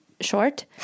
short